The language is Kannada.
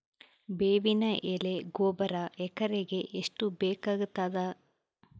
ಬೇವಿನ ಎಲೆ ಗೊಬರಾ ಎಕರೆಗ್ ಎಷ್ಟು ಬೇಕಗತಾದ?